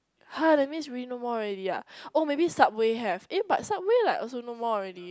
[huh] that's mean we no more already ah or maybe Subway have eh but Subway like also no more already